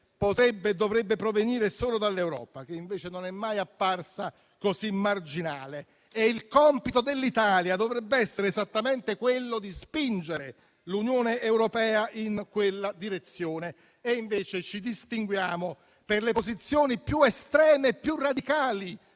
potrebbe e dovrebbe provenire solo dall'Europa, che invece non è mai apparsa così marginale. E il compito dell'Italia dovrebbe essere esattamente quello di spingere l'Unione europea in quella direzione, e invece ci distinguiamo per le posizioni più estreme e più radicali